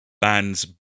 Bands